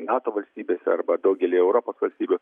nato valstybėse arba daugelyje europos valstybių